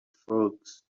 frogs